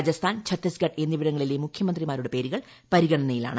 രാജസ്ഥാൻ ഛത്തീസ്ഗഡ് എന്നിവിടങ്ങളിലെ മുഖ്യമന്ത്രിമാരുടെ പേരുകൾ പരിഗണനയിലാണ്